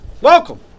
Welcome